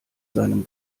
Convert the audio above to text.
seinem